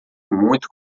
muito